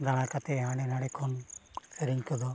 ᱫᱟᱲᱟ ᱠᱟᱛᱮᱫ ᱦᱟᱸᱰᱮ ᱱᱟᱰᱮ ᱠᱷᱚᱱ ᱥᱮᱨᱮᱧ ᱠᱚᱫᱚ